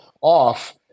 off